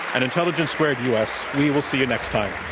and intelligence squared u. s. we will see you next time.